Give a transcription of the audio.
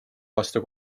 vastu